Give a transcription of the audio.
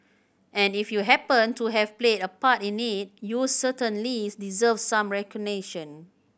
and if you happened to have played a part in it you certainly deserve some recognition